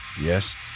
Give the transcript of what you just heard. yes